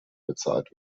bezahlt